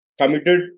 committed